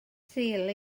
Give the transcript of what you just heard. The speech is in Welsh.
sul